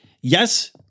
yes